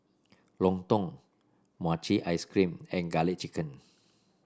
lontong Mochi Ice Cream and garlic chicken